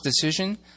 decision